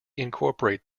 incorporate